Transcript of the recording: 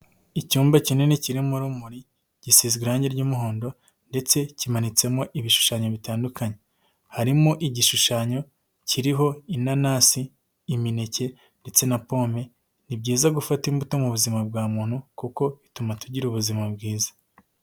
Icyumba kinini kirimo urumuri, gisigaze irangi ry'umuhondo ndetse kimanitsemo ibishushanyo bitandukanye, harimo igishushanyo kiriho inanasi, imineke ndetse na pome, ni byiza gufata imbuto mu buzima bwa muntu kuko bituma tugira ubuzima bwiza.